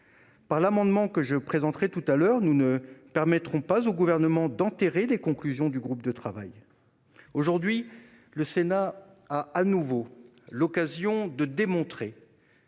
Par l'amendement que je présenterai tout à l'heure, nous ne permettrons pas au Gouvernement d'enterrer les conclusions du groupe de travail. Aujourd'hui, le Sénat a une nouvelle fois l'occasion de démontrer